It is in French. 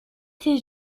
ses